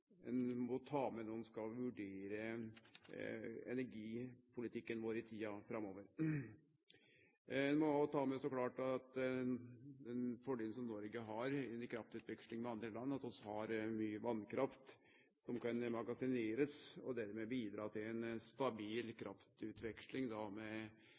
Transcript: ein må ta med når ein skal vurdere energipolitikken vår i tida framover. Ein må òg så klart ta med den fordelen Noreg har i kraftutvekslinga med andre land, at vi har mykje vasskraft som kan magasinerast, og dermed bidra til ei stabil kraftutveksling med